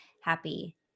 happy